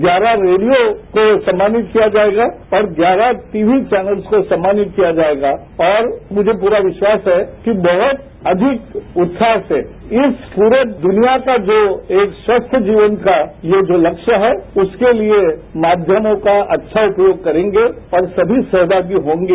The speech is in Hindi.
ग्यारह रेडियों को सम्मानित किया जायेगा और ग्यारह टीवी चैनल्स को सम्मानित किया जायेगा और मुझे पूरा विश्वास है कि बहत अधिक उत्साह से इस पूरी दृनिया को जो एक स्वास्थ जीवन का ये जो लक्ष्य है उसके लिए माध्यमों का अच्छा उपयोग करेंगे और समी सहमागी होंगे